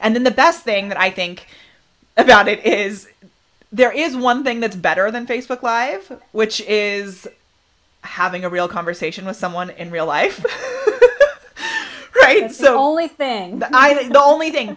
and then the best thing that i think about it is there is one thing that's better than facebook live which is having a real conversation with someone in real life writing so only thing that i think the only thing